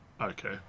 okay